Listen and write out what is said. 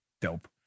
Dope